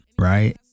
right